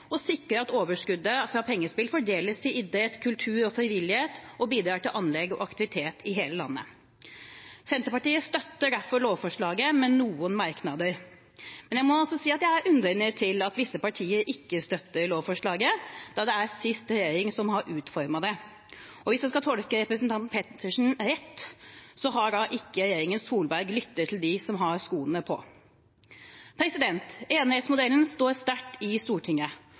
sikre at overskuddet fra pengespill fordeles til idrett, kultur og frivillighet og bidrar til anlegg og aktivitet i hele landet. Senterpartiet støtter derfor lovforslaget, med noen merknader, men jeg må si at jeg er undrende til at visse partier ikke støtter lovforslaget, da det er forrige regjering som har utformet det. Hvis jeg skal tolke representanten Pettersen rett, har ikke regjeringen Solberg lyttet til dem som har skoene på. Enerettsmodellen står sterkt i Stortinget.